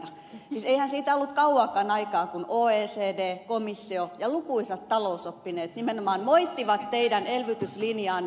siis eihän siitä ollut kauaakaan aikaa kun oecd komissio ja lukuisat talousoppineet nimenomaan moittivat teidän elvytyslinjaanne